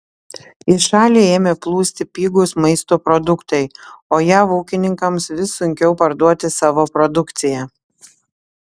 į šalį ėmė plūsti pigūs maisto produktai o jav ūkininkams vis sunkiau parduoti savo produkciją